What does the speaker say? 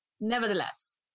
nevertheless